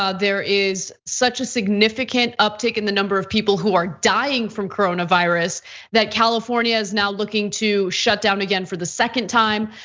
um there is such a significant uptick in the number of people who are dying from coronavirus that california is now looking to shut down again for the second time.